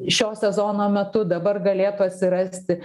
šio sezono metu dabar galėtų atsirasti